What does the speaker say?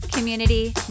community